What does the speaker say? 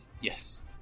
Yes